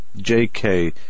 JK